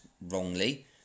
Wrongly